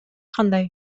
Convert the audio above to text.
кандай